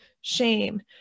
shame